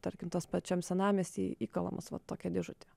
tarkim tas pačiam senamiesty įkalamas va tokia dėžutė